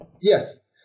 yes